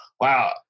wow